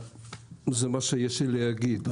זה מה שיש לי להגיד.